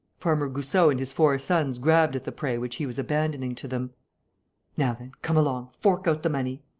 farmer goussot and his four sons grabbed at the prey which he was abandoning to them now then, come along, fork out the money.